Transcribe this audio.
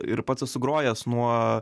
ir pats esu grojęs nuo